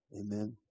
amen